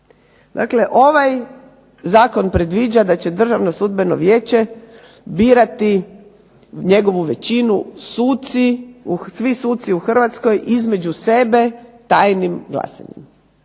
Dakle, ovaj zakon predviđa da će Državno sudbeno vijeće birati njegovu većinu suci, svi suci u Hrvatskoj, između sebe tajnim glasanjem.